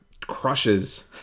crushes